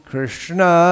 Krishna